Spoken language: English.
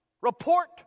Report